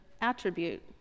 attribute